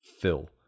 fill